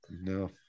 No